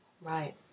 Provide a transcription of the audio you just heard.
Right